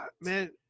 Man